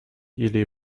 или